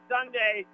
Sunday